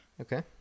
Okay